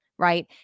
right